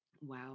wow